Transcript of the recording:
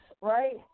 right